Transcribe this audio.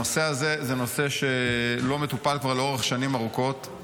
הנושא הזה זה נושא שלא מטופל כבר לאורך שנים ארוכות,